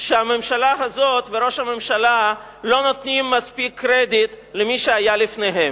שהממשלה הזאת וראש הממשלה לא נותנים מספיק קרדיט למי שהיה לפניהם.